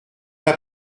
n’a